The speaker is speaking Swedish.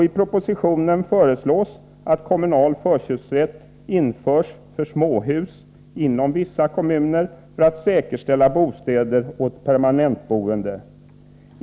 I propositionen föreslås att kommunal förköpsrätt införs för småhus inom vissa kommuner för att säkerställa bostäder för permanentboende.